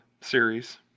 series